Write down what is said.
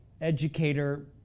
educator